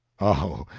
oh!